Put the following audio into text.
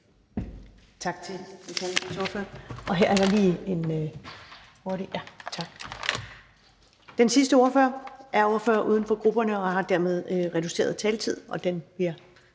Tak til Venstres ordfører.